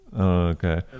Okay